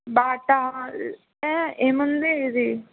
Bata ఏముంది ఇది